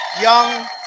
Young